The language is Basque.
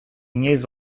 inoiz